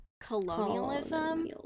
colonialism